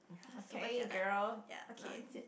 ya super jialat ya okay